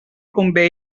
convé